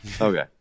Okay